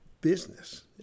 business